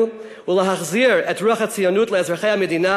ולהחזיר את רוח הציונות לאזרחי המדינה,